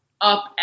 up